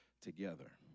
together